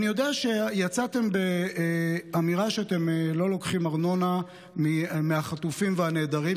אני יודע שיצאתם באמירה שאתם לא לוקחים ארנונה מהחטופים והנעדרים,